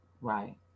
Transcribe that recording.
right